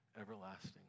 everlasting